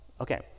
okay